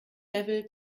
level